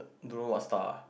don't know what style